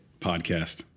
podcast